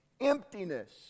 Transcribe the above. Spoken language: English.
emptiness